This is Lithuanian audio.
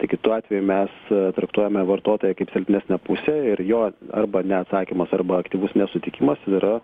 tai kitu atveju mes traktuojame vartotoją kaip silpnesnę pusę ir jo arba neatsakymas arba aktyvus nesutikimas yra